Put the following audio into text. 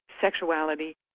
sexuality